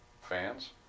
fans